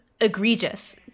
egregious